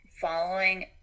following